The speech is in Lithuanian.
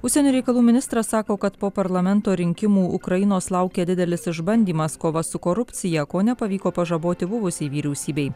užsienio reikalų ministras sako kad po parlamento rinkimų ukrainos laukia didelis išbandymas kova su korupcija ko nepavyko pažaboti buvusiai vyriausybei